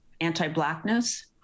anti-blackness